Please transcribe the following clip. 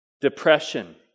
depression